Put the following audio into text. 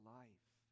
life